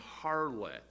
harlot